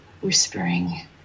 whispering